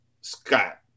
Scott